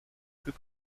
plus